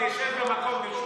מקשיב גם מקשיב.